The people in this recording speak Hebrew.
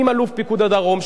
עם אלוף פיקוד הדרום,